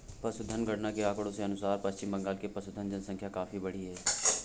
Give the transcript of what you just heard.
पशुधन गणना के आंकड़ों के अनुसार पश्चिम बंगाल में पशुधन जनसंख्या काफी बढ़ी है